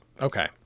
Okay